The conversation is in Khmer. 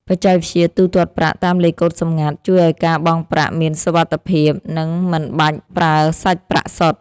បច្ចេកវិទ្យាទូទាត់ប្រាក់តាមលេខកូដសម្ងាត់ ជួយឱ្យការបង់ប្រាក់មានសុវត្ថិភាព និងមិនបាច់ប្រើសាច់ប្រាក់សុទ្ធ។